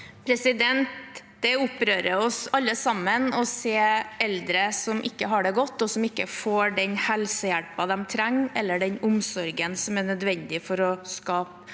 Det opprører oss alle sammen å se eldre som ikke har det godt, og som ikke får den helsehjelpen de trenger, eller den omsorgen som er nødvendig for å skape